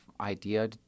idea